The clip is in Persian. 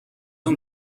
اون